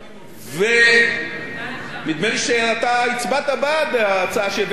נדמה לי שאתה הצבעת בעד ההצעה שהבאתי כאן לגבי תמלוגי הגז והנפט.